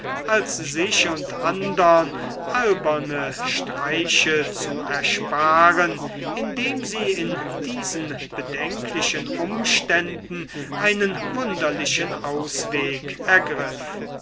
als sich und andern alberne streiche zu ersparen indem sie in diesen bedenklichen umständen einen wunderlichen ausweg ergriff